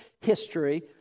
history